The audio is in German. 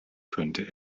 könnte